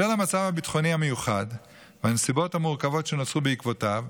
בשל המצב הביטחוני המיוחד והנסיבות המורכבות שנוצרו בעקבותיו,